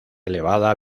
elevada